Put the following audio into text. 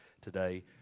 today